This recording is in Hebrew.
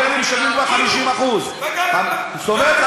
אומר לי: משלמים כבר 50%. זאת אומרת,